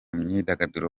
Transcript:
myidagaduro